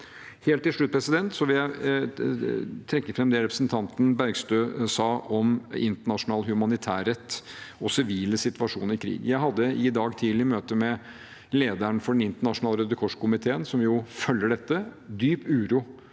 Helt til slutt vil jeg trekke fram det representanten Bergstø sa om internasjonal humanitærrett og siviles situasjon i krig. Jeg hadde i dag tidlig møte med lederen for Den internasjonale Røde Kors-komiteen, som jo følger dette – det er